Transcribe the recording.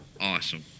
Awesome